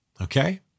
Okay